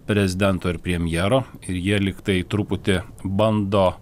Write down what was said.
prezidento ir premjero ir jie lyg tai truputį bando